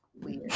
weird